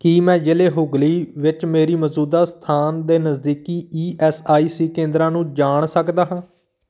ਕੀ ਮੈਂ ਜ਼ਿਲੇ ਹੂਗਲੀ ਵਿੱਚ ਮੇਰੀ ਮੌਜੂਦਾ ਸਥਾਨ ਦੇ ਨਜ਼ਦੀਕੀ ਈ ਐੱਸ ਆਈ ਸੀ ਕੇਂਦਰਾਂ ਨੂੰ ਜਾਣ ਸਕਦਾ ਹਾਂ